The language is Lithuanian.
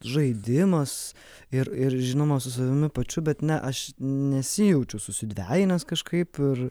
žaidimas ir ir žinoma su savimi pačiu bet ne aš nesijaučiau susidvejinęs kažkaip ir